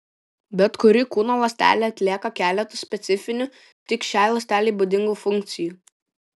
bet kuri kūno ląstelė atlieka keletą specifinių tik šiai ląstelei būdingų funkcijų